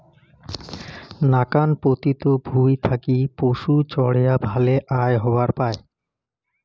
নাকান পতিত ভুঁই থাকি পশুচরেয়া ভালে আয় হবার পায়